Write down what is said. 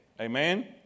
Amen